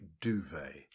duvet